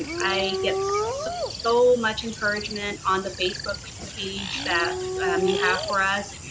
i get so so much encouragement on the facebook page that you have for us